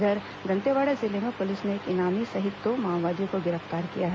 इधर दंतेवाड़ा जिले में पुलिस ने एक इनामी सहित दो माओवादियों को गिरफ्तार किया है